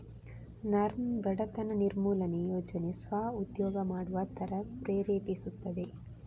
ನರ್ಮ್ ಬಡತನ ನಿರ್ಮೂಲನೆ ಯೋಜನೆ ಸ್ವ ಉದ್ಯೋಗ ಮಾಡುವ ತರ ಪ್ರೇರೇಪಿಸ್ತದೆ